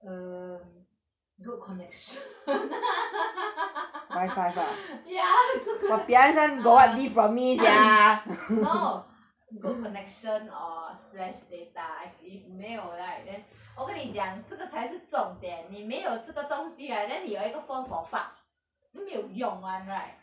err good connection ya good err no good connection or slash data as in 没有 like then 我跟你讲这个才是重点你没有这个东西 ah then 你有一个 phone for fuck 都没有用 [one] right